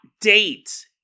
date